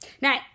Now